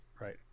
right